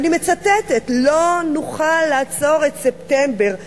אני מצטטת: לא נוכל לעצור את ספטמבר,